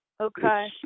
Okay